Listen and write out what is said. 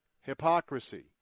hypocrisy